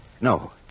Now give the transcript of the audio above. No